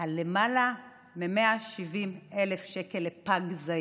על למעלה מ-170,000 לפג זעיר.